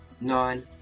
nine